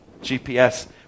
GPS